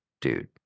dude